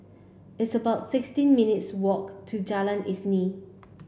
it's about sixteen minutes' walk to Jalan Isnin